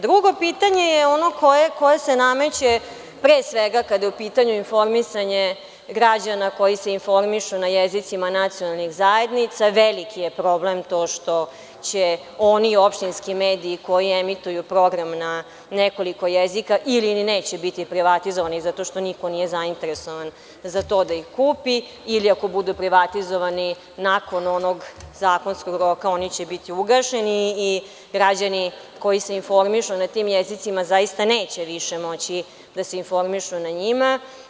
Drugo pitanje je ono koje se nameće, pre svega kada je u pitanju informisanje građana koji se informišu na jezicima nacionalnih zajednica, veliki je problem to što će oni opštinski mediji koji emituju program na nekoliko jezika ili ni neće biti privatizovani zato što niko nije zainteresovan za to da ih kupi ili ako budu privatizovani nakon onog zakonskog roka oni će biti ugašeni i građani koji se informišu na tim jezicima zaista neće više moći da se informišu na njima.